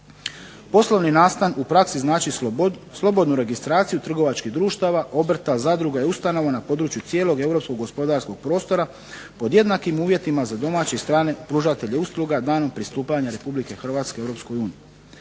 Poslovni nastan u praksi znači slobodnu registraciju trgovačkih društava, obrta, zadruga i ustanova na području cijelog europskog gospodarskog prostora pod jednakim uvjetima za domaće i strane pružatelje usluga danom pristupanja Republike Hrvatske u